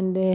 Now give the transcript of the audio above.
എൻ്റെ